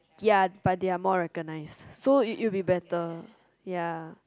ya but they are more recognized so you you be better ya